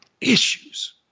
issues